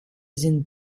sind